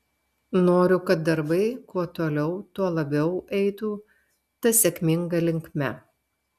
noriu kad darbai kuo toliau tuo labiau eitų ta sėkminga linkme